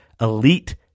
Elite